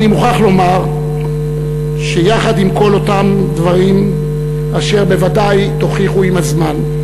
אני מוכרח לומר שיחד עם כל אותם דברים אשר בוודאי תוכיחו עם הזמן,